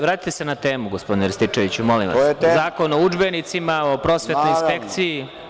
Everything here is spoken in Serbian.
Vratite se na temu, gospodine Rističeviću, molim vas – Zakon o udžbenicima, o prosvetnoj inspekciji.